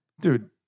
dude